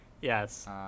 Yes